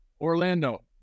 Orlando